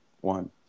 One